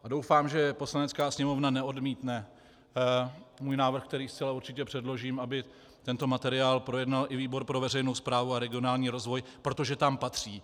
A doufám, že Poslanecká sněmovna neodmítne můj návrh, který zcela určitě předložím, aby tento materiál projednal i výbor pro veřejnou správu a regionální rozvoj, protože tam patří.